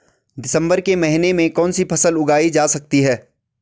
दिसम्बर के महीने में कौन सी फसल उगाई जा सकती है?